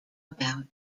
about